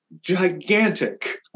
gigantic